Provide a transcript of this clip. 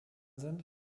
sind